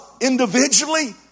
individually